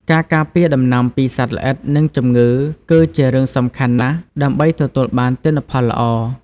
ការការពារដំណាំពីសត្វល្អិត និងជំងឺ គឺជារឿងសំខាន់ណាស់ដើម្បីទទួលបានទិន្នផលល្អ។